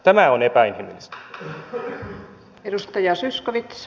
tämä on epäinhimillistä